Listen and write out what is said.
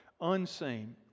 unseen